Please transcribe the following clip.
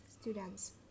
students